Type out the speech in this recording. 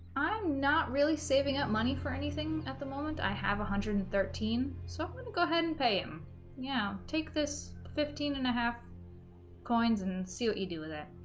i'm not really saving up money for anything at the moment i have a hundred and thirteen so i'm going to go ahead and pay him yeah take this fifteen and a half coins and see what you do with it